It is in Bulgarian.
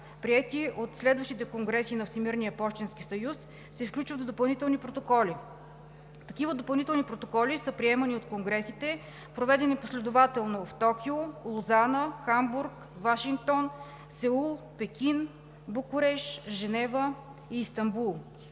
приети от следващите конгреси на Всемирния пощенски съюз, се включват в допълнителни протоколи. Такива допълнителни протоколи са приемани от конгресите, проведени последователно в Токио, Лозана, Хамбург, Вашингтон, Сеул, Пекин, Букурещ, Женева и Истанбул.